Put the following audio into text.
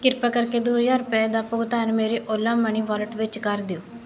ਕਿਰਪਾ ਕਰਕੇ ਦੋ ਹਜ਼ਾਰ ਰੁਪਏ ਦਾ ਭੁਗਤਾਨ ਮੇਰੇ ਓਲਾ ਮਨੀ ਵਾਲਟ ਵਿੱਚ ਕਰ ਦਿਓ